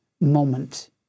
moment